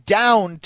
down